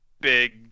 big